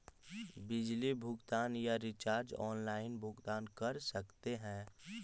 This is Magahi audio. बिल भुगतान या रिचार्ज आनलाइन भुगतान कर सकते हैं?